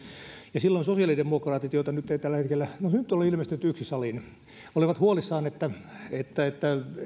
silloin sosiaalidemokraatit joita nyt ei tällä hetkellä ole salissa no nyt on ilmestynyt yksi olivat huolissaan että että